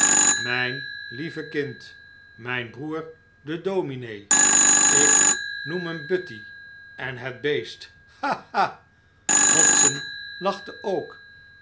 mijn lieve kind mijn broer de dominee ik noem hem buty en het beest ha ha hodson lachte ook